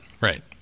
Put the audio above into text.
Right